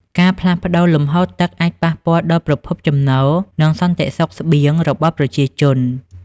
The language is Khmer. ការផ្លាស់ប្តូរលំហូរទឹកអាចប៉ះពាល់ដល់ប្រភពចំណូល និងសន្តិសុខស្បៀងរបស់ប្រជាជន។